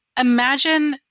imagine